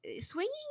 swinging